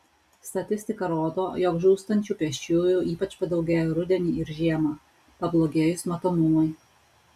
statistika rodo jog žūstančių pėsčiųjų ypač padaugėja rudenį ir žiemą pablogėjus matomumui